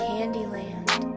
Candyland